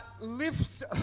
lifts